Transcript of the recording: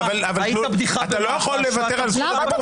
היית בדיחה במח"ש --- אתה לא יכול לוותר על זכות הדיבור,